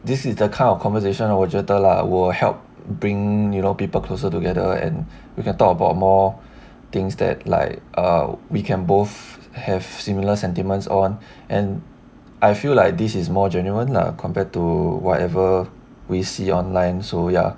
this is the kind of conversation 我觉得 lah will help bring you know people closer together and we can talk about more things that like err we can both have similar sentiments on and I feel like this is more genuine lah compared to whatever we see online so ya